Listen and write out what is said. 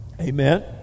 Amen